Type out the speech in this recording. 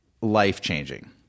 life-changing